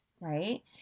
Right